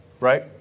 Right